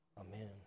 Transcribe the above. amen